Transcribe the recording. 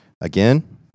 Again